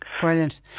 Brilliant